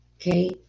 Okay